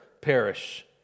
perish